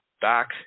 back